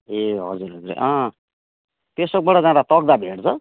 ए हजुर हजुर पेसोकबाट जाँदा तक्दा भेट्छ